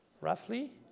roughly